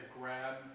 grab